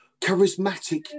charismatic